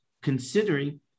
considering